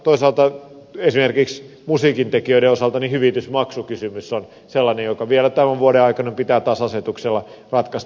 toisaalta esimerkiksi musiikin tekijöiden osalta hyvitysmaksukysymys on sellainen joka vielä tämän vuoden aikana pitää taas asetuksella ratkaista